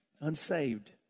unsaved